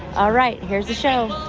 all right. here's the show